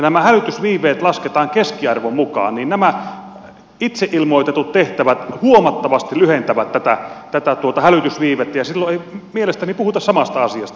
nämä hälytysviiveet lasketaan keskiarvon mukaan jolloin nämä itse ilmoitetut tehtävät huomattavasti lyhentävät tätä hälytysviivettä ja silloin ei mielestäni puhuta samasta asiasta